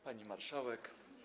Pani Marszałek!